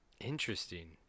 Interesting